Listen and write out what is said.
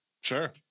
sure